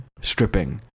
stripping